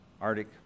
Arctic